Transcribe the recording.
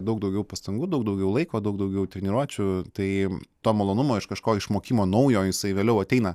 daug daugiau pastangų daug daugiau laiko daug daugiau treniruočių tai to malonumo iš kažko išmokimo naujo jisai vėliau ateina